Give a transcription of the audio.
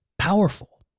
powerful